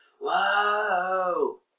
Whoa